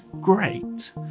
great